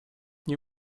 nie